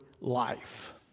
life